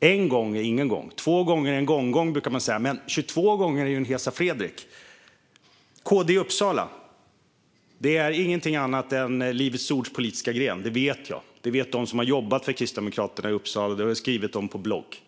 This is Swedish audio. En gång är ingen gång, två gånger är en gonggong, brukar man säga, men 22 gånger är en Hesa Fredrik. KD i Uppsala är inget annat än Livets Ords politiska gren. Detta vet jag, och det vet de som har jobbat för Kristdemokraterna i Uppsala och skrivit om det på sin blogg.